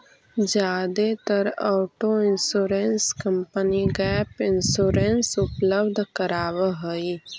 जादेतर auto insurance company gap insurance उपलब्ध करावऽ हई